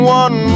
one